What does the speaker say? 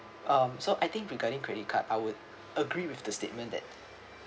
um so I think regarding credit card I would agree with the statement that